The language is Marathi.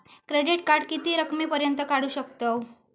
क्रेडिट कार्ड किती रकमेपर्यंत काढू शकतव?